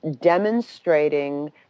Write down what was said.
demonstrating